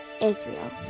Israel